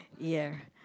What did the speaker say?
ya